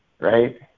right